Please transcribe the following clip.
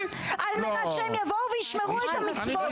על מנת שהם יבואו וישמרו את המצוות.